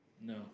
No